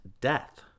death